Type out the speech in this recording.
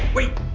wait.